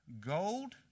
Gold